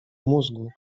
mózgu